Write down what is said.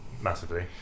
massively